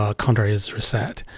ah counter is reset.